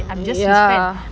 uh ya